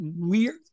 weird